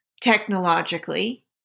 technologically